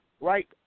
right